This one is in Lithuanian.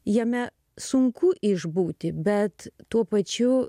jame sunku išbūti bet tuo pačiu